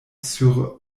sur